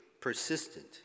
persistent